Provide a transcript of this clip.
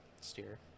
Steer